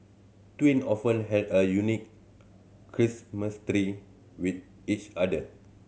twin often have a unique with each other